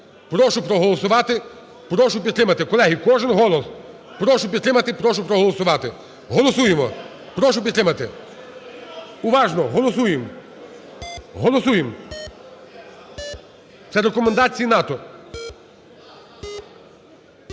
Прошу проголосувати, прошу підтримати. Колеги, кожен голос. Прошу підтримати, прошу проголосувати. Голосуємо. Прошу підтримати. Уважно голосуємо. Голосуємо. Це рекомендації НАТО.